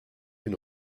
une